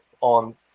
on